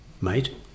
mate